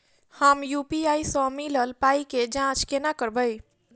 हम यु.पी.आई सअ मिलल पाई केँ जाँच केना करबै?